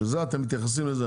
שזה אתם מתייחסים לזה,